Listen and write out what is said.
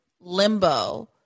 Limbo